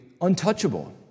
untouchable